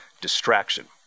distraction